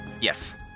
yes